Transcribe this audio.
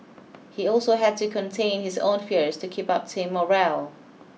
he also had to contain his own fears to keep up team morale